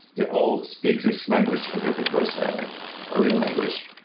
they all speak this language as if it was like a real language.